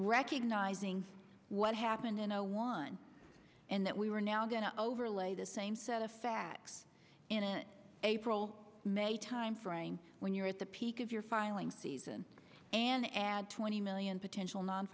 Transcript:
recognizing what happened in zero one and that we were now going to overlay the same set of facts in april may timeframe when you're at the peak of your filing season and add twenty million potential non